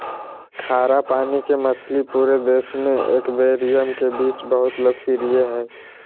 खारा पानी के मछली पूरे देश में एक्वेरियम के बीच बहुत लोकप्रिय हइ